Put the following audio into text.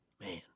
Man